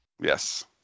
Yes